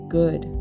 good